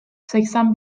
seksen